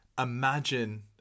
Imagine